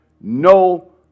no